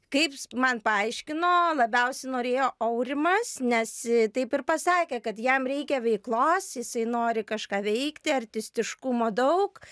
kaip man paaiškino labiausiai norėjo aurimas nes taip ir pasakė kad jam reikia veiklos jisai nori kažką veikti artistiškumo daug